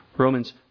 Romans